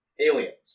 aliens